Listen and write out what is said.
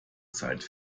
zeit